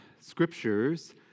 scriptures